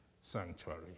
sanctuary